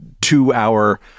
two-hour